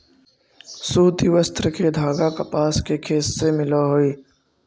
सूति वस्त्र के धागा कपास के खेत से मिलऽ हई